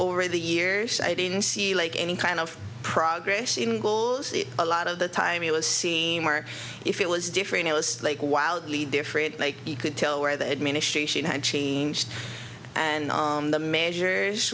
over the years i didn't see like any kind of progress in goals the a lot of the time it was seeing more if it was different it was like wildly different make you could tell where the administration had changed and the measures